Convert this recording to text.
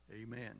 Amen